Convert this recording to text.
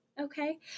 Okay